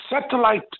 satellite